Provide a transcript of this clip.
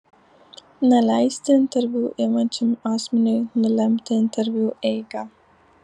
neleisti interviu imančiam asmeniui nulemti interviu eigą